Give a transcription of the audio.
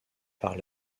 par